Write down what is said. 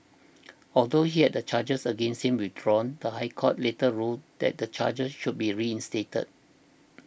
although he had the charges against him withdrawn the High Court later ruled that the charges should be reinstated